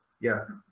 Yes